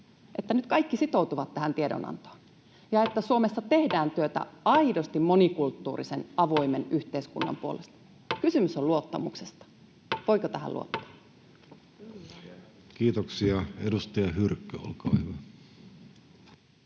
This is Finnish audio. että nyt kaikki sitoutuvat tähän tiedonantoon ja että Suomessa tehdään työtä aidosti monikulttuurisen, avoimen yhteiskunnan puolesta? Kysymys on luottamuksesta. Voiko tähän luottaa? Kiitoksia. — Edustaja Hyrkkö, olkaa hyvä.